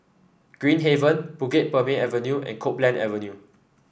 Green Haven Bukit Purmei Avenue and Copeland Avenue